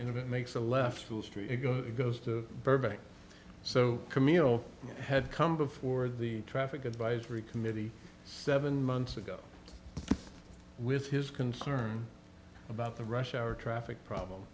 it makes a left fools to go it goes to burbank so camille had come before the traffic advisory committee seven months ago with his concern about the rush hour traffic problem